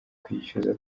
kwishyuza